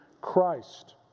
Christ